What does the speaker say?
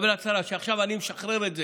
הצהרה שעכשיו אני משחרר את זה,